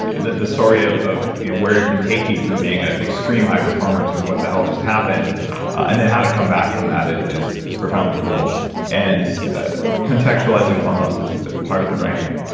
the the story of of where it can take you from being an extreme high performer to what the hell just happened and then how to come back from that is is profoundly cool and ah contextualizing hormones is is part of the brain,